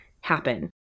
happen